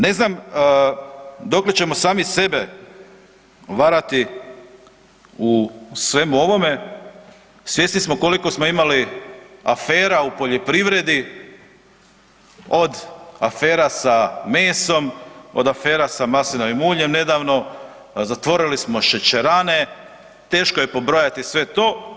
Ne znam dokle ćemo sami sebe varati u svemu ovome, svjesni smo koliko smo imali afera u poljoprivredi, od afera sa mesom, od afera sa maslinovim uljem nedavno, pa zatvorili smo šećerane, teško je pobrojati sve to.